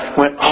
went